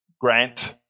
Grant